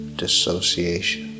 dissociation